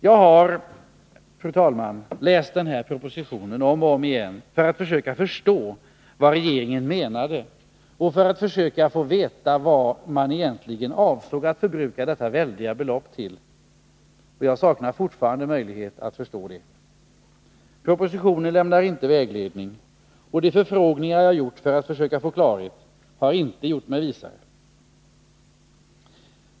Jag har, fru talman, läst propositionen om och om igen för att försöka förstå vad regeringen egentligen avsåg att förbruka detta väldiga belopp till, och jag saknar fortfarande möjlighet att förstå det. Propositionen lämnar ingen vägledning, och de förfrågningar jag har gjort för att försöka få klarhet har inte gjort mig visare.